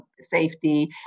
safety